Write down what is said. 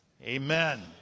Amen